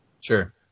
Sure